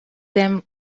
them